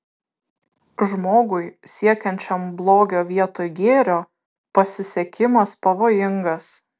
žmogui siekiančiam blogio vietoj gėrio pasisekimas pavojingas